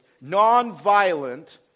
non-violent